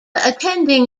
attending